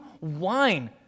wine